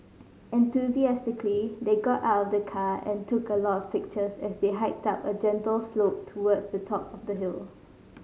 enthusiastically they got out of the car and took a lot of pictures as they hiked up a gentle slope towards the top of the hill